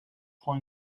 prend